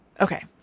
Okay